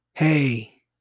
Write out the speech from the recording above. Hey